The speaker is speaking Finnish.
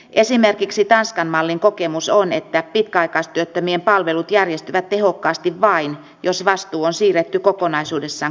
esimerkiksi tanskan mallin kokemus on että pitkäaikaistyöttömien palvelut järjestyvät tehokkaasti vain jos vastuu on siirretty kokonaisuudessaan kunnille